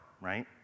right